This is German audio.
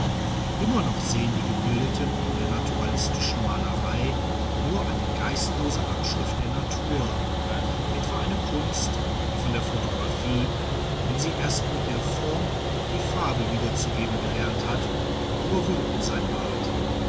immer noch sehen die gebildeten in der naturalistischen malerei nur eine geistlose abschrift der natur etwa eine kunst die von der photographie wenn sie erst mit der form auch die farbe wiederzugeben gelernt hat überwunden sein wird